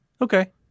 okay